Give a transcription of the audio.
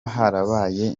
harabaye